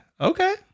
Okay